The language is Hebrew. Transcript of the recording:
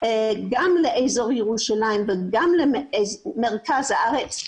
גם לאזור ירושלים וגם למרכז הארץ,